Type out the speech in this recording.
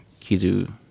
Kizu